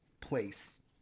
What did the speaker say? place